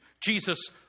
Jesus